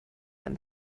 them